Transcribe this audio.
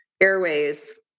airways